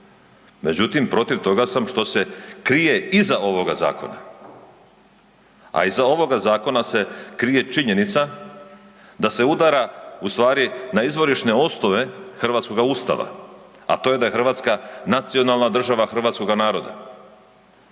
međutim protiv toga sam što se krije iza ovoga zakona. A iza ovoga zakona se krije činjenica da se udara na izvorišne osnove hrvatskoga Ustava, a to je Hrvatska nacionalna država hrvatskoga naroda.